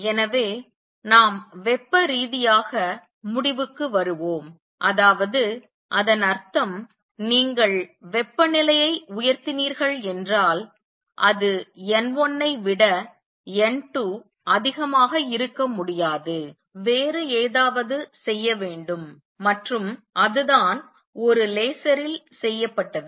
எனவே நாம் வெப்பரீதியாக முடிவுக்கு வருவோம் அதாவது அதன் அர்த்தம் நீங்கள் வெப்பநிலையை உயர்த்திநீர்கள் என்றால் அது n1 ஐ விட n2 அதிகமாக இருக்க முடியாது வேறு ஏதாவது செய்ய வேண்டும் மற்றும் அதுதான் ஒரு லேசரில் செய்யப்பட்டது